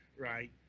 right